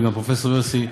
וגם פרופ' יוסי,